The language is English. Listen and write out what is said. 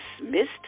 dismissed